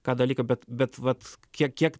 tą dalyką bet bet vat kiek kiek